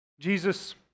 Jesus